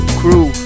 crew